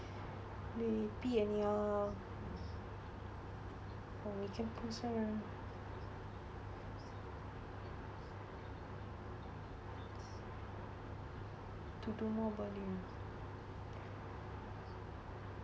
maybe and ya or we can close one eye ah to do more about you